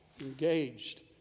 engaged